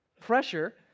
Pressure